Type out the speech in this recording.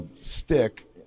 stick